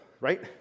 right